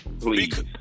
Please